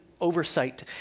oversight